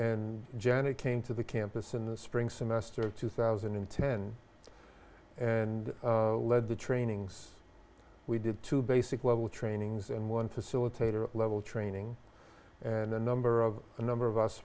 and janet came to the campus in the spring semester of two thousand and ten and led the trainings we did two basic level trainings and one facilitator level training and a number of a number of us